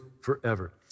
forever